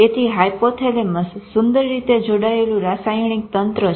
તેથી હાયપોથેલેમસ સુંદર રીતે જોડાયેલુ રસાયણિક તંત્ર છે